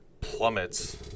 plummets